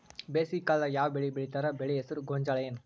ಬೇಸಿಗೆ ಕಾಲದಾಗ ಯಾವ್ ಬೆಳಿ ಬೆಳಿತಾರ, ಬೆಳಿ ಹೆಸರು ಗೋಂಜಾಳ ಏನ್?